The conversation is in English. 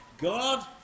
God